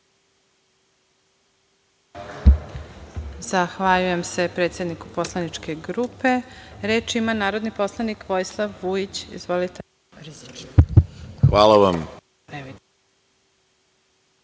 Zahvaljujem, predsedniku poslaničke grupe. Reč ima narodni poslanik, Vojislav Vujić. Izvolite. **Vojislav